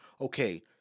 okay